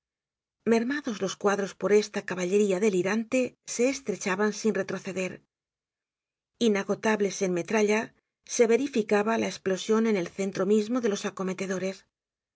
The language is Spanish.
mermados los cuadros por esta caballería delirante se estrechaban sin retroceder inagotables en metralla se verificaba la esplosion en el centro mismo de los acometedores